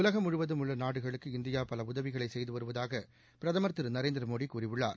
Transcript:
உலகம் முழுவதும் உள்ள நாடுகளுக்கு இந்தியா பல உதவிகளை செய்து வருவதாக பிரதமர் திரு நரேந்திர மோடி கூறியுள்ளார்